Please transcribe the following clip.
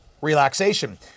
relaxation